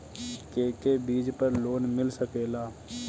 के के चीज पर लोन मिल सकेला?